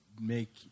make